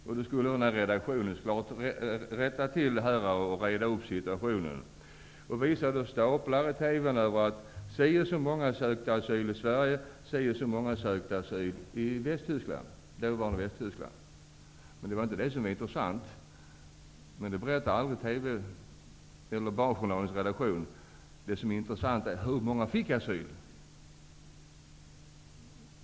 Barnjournalens redaktion skulle då reda upp situationen, och man visade i TV staplar över hur många som sökte asyl i Sverige och i dåvarande Västtyskland. Det var inte det som var intressant, men det berättade man aldrig i Barnjournalen. Det som var intressant var hur många som fick asyl.